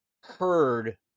heard